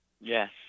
yes